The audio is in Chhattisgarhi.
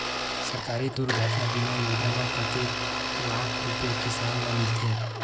सहकारी दुर्घटना बीमा योजना म कतेक लाख रुपिया किसान ल मिलथे?